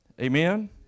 Amen